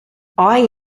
eye